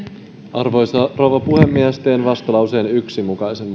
arvoisa rouva puhemies teen vastalauseen yhden mukaisen